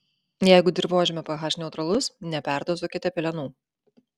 jeigu dirvožemio ph neutralus neperdozuokite pelenų